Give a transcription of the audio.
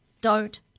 Don't